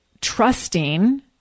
trusting